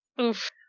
oof